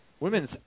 Women's